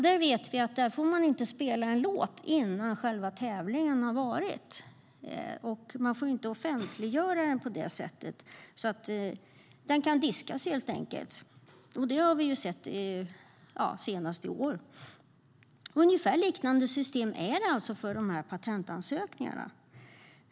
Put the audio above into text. Vi vet att man där inte får spela en låt innan själva tävlingen har varit. Låten får inte offentliggöras på det sättet, och låten kan helt enkelt diskas. Det har vi sett senast i år. Ungefär liknande system är det alltså för patentansökningarna.